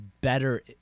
better